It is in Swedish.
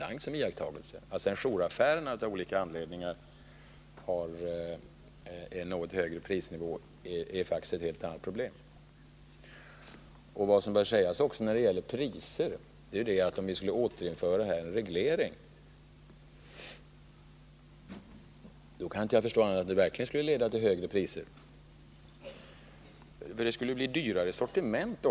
Att sedan jouraffärerna av olika anledningar har något högre prisnivå är faktiskt ett helt annat problem. Vad som också bör sägas när det gäller priser är att om vi skulle återinföra en affärstidsreglering, så skulle det — jag kan inte förstå annat — verkligen leda till högre priser. Det skulle ju faktiskt bli fråga om ett dyrare sortiment.